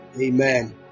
Amen